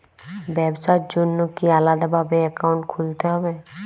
ব্যাবসার জন্য কি আলাদা ভাবে অ্যাকাউন্ট খুলতে হবে?